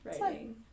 writing